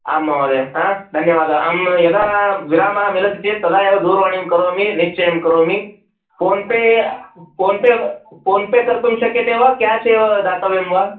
आं महोदय ह धन्यवादः अहं यदा विरामः मिलति चेत् तदा एव दूरवाणीं करोमि निश्चयं करोमि फोन्पे फोन्पे फ़ोन्पे कर्तुं शक्यते वा केश् एव दातव्यं वा